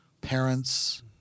parents